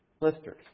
Listers